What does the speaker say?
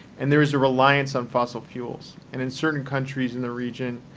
and there is a reliance on fossil fuels. and in certain countries in the region,